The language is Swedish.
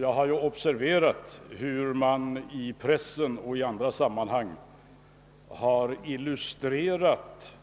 Jag har observerat hur man i pressen och på andra håll har på ett utomordentligt ensidigt sätt illustrerat